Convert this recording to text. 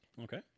Okay